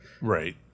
Right